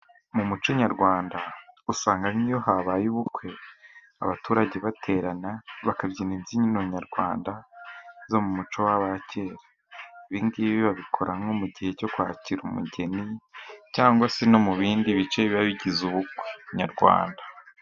Mu muco nyarwanda usanga n'iyo habaye ubukwe, abaturage baterana bakabyina imbyino nyarwanda, zo mu muco w'abakera. Ibingibi babikora nko mu gihe cyo khakhra umugeni, cyangwa se no mu bindi bice, biba bigize ubukwe nyarwanda.